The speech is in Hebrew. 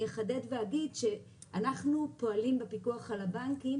אני אחדד ואגיד שאנחנו בפיקוח על הבנקים